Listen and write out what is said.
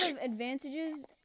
advantages